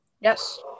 Yes